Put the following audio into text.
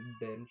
bench